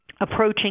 approaching